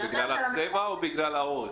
בגלל הצבע או בגלל האורך?